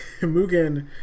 Mugen